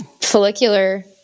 follicular